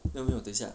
没有没有等一下